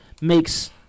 makes